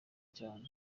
cyane